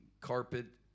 carpet